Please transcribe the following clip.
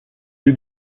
eut